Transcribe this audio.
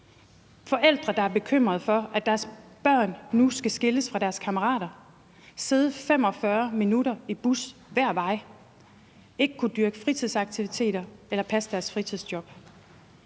forældre, der er bekymrede for, at deres børn nu skal skilles fra deres kammerater, sidde 45 minutter i bus hver vej og ikke kunne dyrke fritidsaktiviteter eller passe deres fritidsjob.